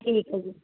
ਠੀਕ ਹੈ ਜੀ